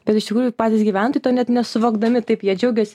bet iš tikrųjų patys gyventojai to net nesuvokdami taip jie džiaugėsi